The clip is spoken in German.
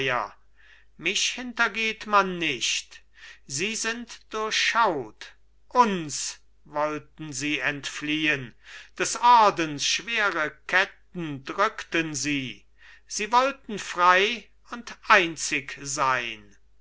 mich hintergeht man nicht sie sind durchschaut uns wollten sie entfliehen des ordens schwere ketten drückten sie sie wollten frei und einzig sein